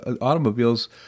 automobiles